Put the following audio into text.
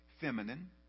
feminine